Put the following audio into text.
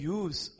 use